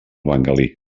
bengalí